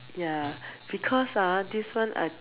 ya because ah this one I